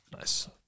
Nice